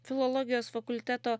filologijos fakulteto